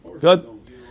Good